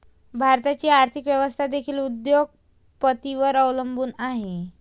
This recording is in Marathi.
भारताची आर्थिक व्यवस्था देखील उद्योग पतींवर अवलंबून आहे